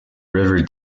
river